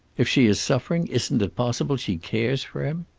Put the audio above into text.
if she is suffering, isn't it possible she cares for him?